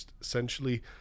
essentially